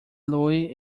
louis